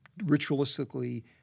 ritualistically